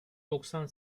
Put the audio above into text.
doksan